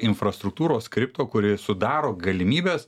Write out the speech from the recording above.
infrastruktūros kripto kuri sudaro galimybes